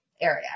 area